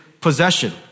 possession